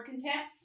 content